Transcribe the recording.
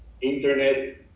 internet